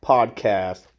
Podcast